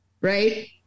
Right